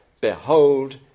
behold